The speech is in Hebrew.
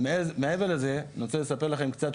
מעבר לזה אני רוצה לספר לכם קצת,